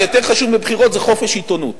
יותר חשוב מבחירות זה חופש עיתונות,